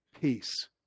peace